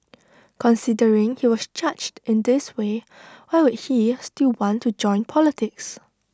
considering he was judged in this way why would he still want to join politics